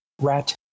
rat